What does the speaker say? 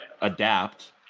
adapt